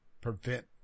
prevent